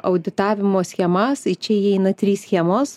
auditavimo schemas į čia įeina trys schemos